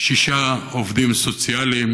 שישה עובדים סוציאליים,